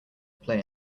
play